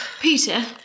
Peter